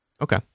Okay